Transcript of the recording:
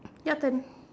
your turn